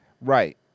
Right